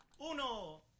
Uno